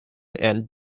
and